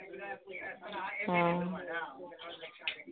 हँ